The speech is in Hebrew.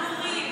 הגורים.